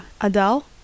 Adele